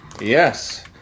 Yes